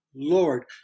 Lord